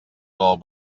del